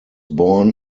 born